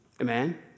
Amen